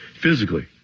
physically